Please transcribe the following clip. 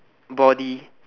body